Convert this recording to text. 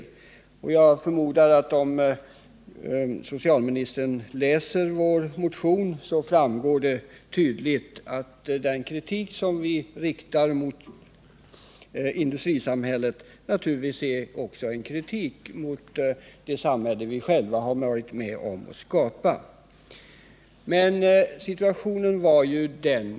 Av vår motion framgår tydligt — vilket socialministern kan se om han läser den — att den kritik vi riktar mot industrisamhället naturligtvis också är en kritik av det samhälle vi själva har varit med om att skapa.